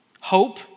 hope